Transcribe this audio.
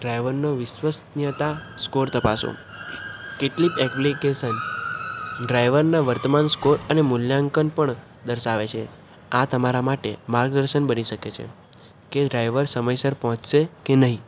ડ્રાઇવરનો વિશ્વસનીયતા સ્કોર તપાસો કેટલીક એપ્લિકેશન ડ્રાઇવરના વર્તમાન સ્કોર અને મૂલ્યાંકન પણ દર્શાવે છે આ તમારા માટે માર્ગદર્શન બની શકે છે કે ડ્રાઇવર સમયસર પહોંચશે કે નહીં